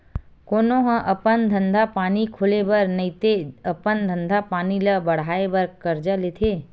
कोनो ह अपन धंधा पानी खोले बर नइते अपन धंधा पानी ल बड़हाय बर करजा लेथे